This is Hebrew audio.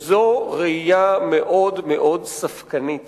ראייה מאוד ספקנית